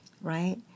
Right